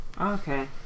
Okay